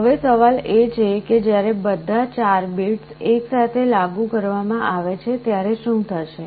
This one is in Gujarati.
હવે સવાલ એ છે કે જ્યારે બધા 4 બિટ્સ એકસાથે લાગુ કરવા માં આવે છે ત્યારે શું થશે